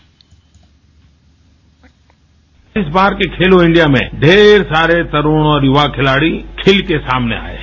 bite इस बार के खेलो इंडिया में ढेर सारे तरूण और युवा खिलाड़ी खिल के सामने आए हैं